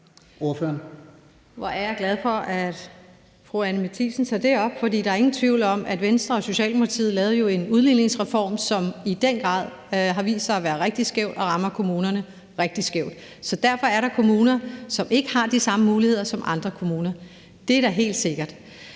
der er ingen tvivl om, at Venstre og Socialdemokratiet lavede en udligningsreform, som i den grad har vist sig at være rigtig skæv og rammer kommunerne rigtig skævt. Derfor er der kommuner, som ikke har de samme muligheder som andre kommuner. Det er da helt sikkert.